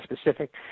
specific